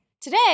Today